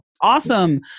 awesome